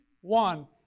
one